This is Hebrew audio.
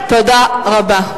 תודה רבה.